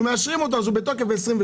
מאשרים אותו היום, אז הוא בתוקף ב-23.